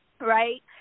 right